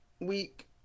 week